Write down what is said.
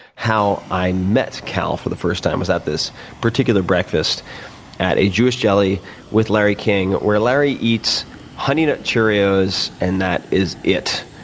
how i met cal for the first time was at this particular breakfast at a jewish deli with larry king, where larry eats honey nut cheerios and that is it.